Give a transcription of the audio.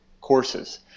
courses